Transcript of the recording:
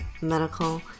medical